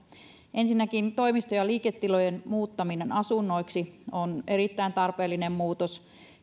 ensinnäkin toimisto ja liiketilojen muuttaminen asunnoiksi on erittäin tarpeellinen muutos